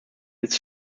its